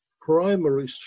primary